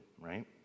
right